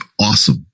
Awesome